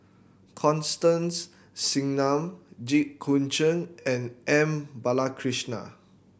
Constance Singam Jit Koon Ch'ng and M Balakrishnan